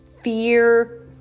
Fear